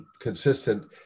consistent